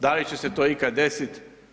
Da li će se to ikad desit?